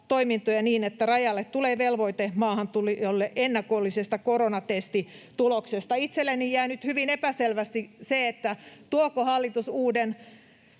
niin, että rajalle tulee velvoite maahantulijoille ennakollisesta koronatestituloksesta. Itselleni jäi nyt hyvin epäselväksi, tuoko hallitus uuden